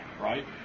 right